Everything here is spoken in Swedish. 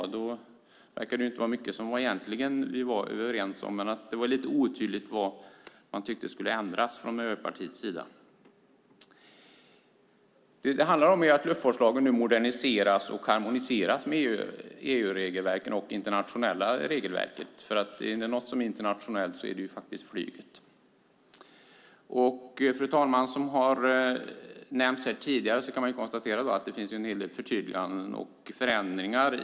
Efter det verkar det inte vara mycket som vi egentligen är överens om. Vad Miljöpartiet tycker ska ändras var dock lite otydligt. Vad det handlar om är att luftfartslagen nu moderniseras och att den harmoniseras med EU:s regelverk och med det internationella regelverket. Är det någonting som är internationellt så är det flyget. Fru talman! Som tidigare nämnts här kan det konstateras att förslaget rymmer en hel del förtydliganden och förändringar.